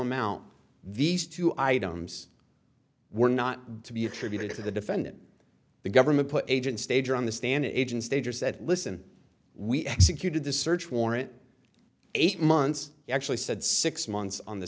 amount these two items were not to be attributed to the defendant the government put agent stager on the stand agent stage or said listen we executed the search warrant eight months actually said six months on the